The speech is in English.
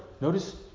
Notice